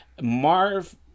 Marv